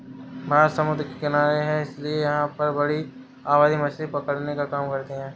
भारत समुद्र के किनारे है इसीलिए यहां की बड़ी आबादी मछली पकड़ने के काम करती है